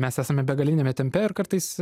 mes esame begaliniame tempe ir kartais